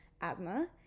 asthma